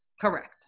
Correct